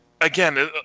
Again